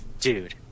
Dude